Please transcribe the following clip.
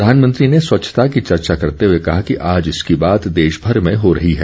प्रधानमंत्री ने स्वच्छता की चर्चा करते हुए कहा कि आज इसकी बात देशभर में हो रही है